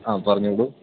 ആ പറഞ്ഞോളു